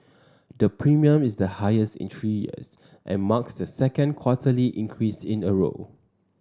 the premium is the highest in three years and marks the second quarterly increase in a row